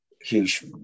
huge